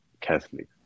Catholic